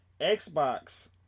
Xbox